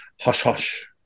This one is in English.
hush-hush